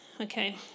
Okay